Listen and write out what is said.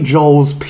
Joel's